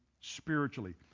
spiritually